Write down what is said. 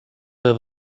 have